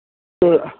تہٕ